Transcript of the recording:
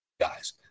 guys